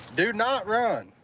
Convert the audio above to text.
do not run.